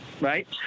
right